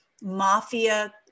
mafia